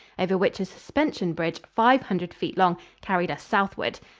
over which a suspension bridge five hundred feet long carried us southward.